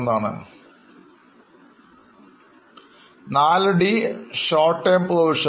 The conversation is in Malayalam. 4 d a short term provisions